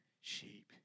sheep